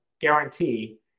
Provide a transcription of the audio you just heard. guarantee